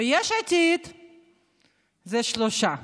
ביש עתיד אלה שלושה,